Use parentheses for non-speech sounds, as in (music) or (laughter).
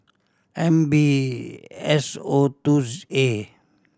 M B S O (unintelligible) A